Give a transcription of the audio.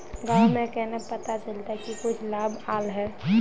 गाँव में केना पता चलता की कुछ लाभ आल है?